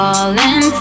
Falling